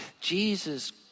Jesus